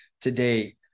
today